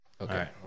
Okay